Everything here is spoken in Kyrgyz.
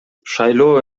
шайлоо